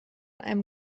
einem